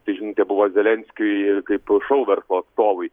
tai žinutė buvo zelenskiui kaip šou verslo atstovui